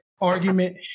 argument